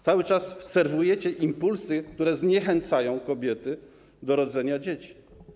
Cały czas serwujecie impulsy, które zniechęcają kobiety do rodzenia dzieci.